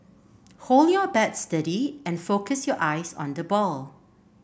hold your bat steady and focus your eyes on the ball